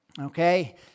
okay